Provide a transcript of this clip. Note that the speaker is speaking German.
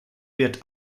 wird